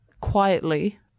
quietly